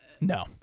No